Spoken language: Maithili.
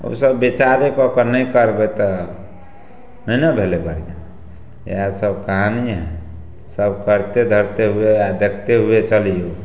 उसब विचारेकऽ कऽ नहि करबय तऽ नहि ने भेलय बढ़िआँ इएह सब कहानी हइ सब करते धरते हुए आओर देखते हुए चलियौ